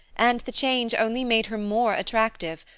and the change only made her more attractive,